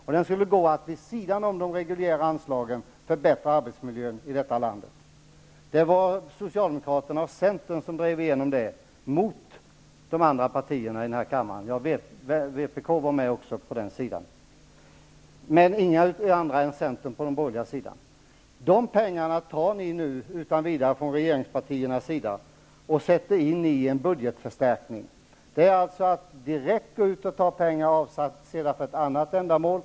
Avsikten var att vid sidan av de ordinarie anslagen förbättra arbetsmiljön i landet. Det var Socialdemokraterna, vpk och -- som enda parti på den borgerliga sidan -- Centern som drev igenom det, mot de andra partierna i riksdagen. De pengarna tar nu regeringspartierna och sätter in i en budgetförstärkning. Det är alltså att direkt ta pengar som är avsedda för ett annat ändamål.